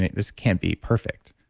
this can't be perfect.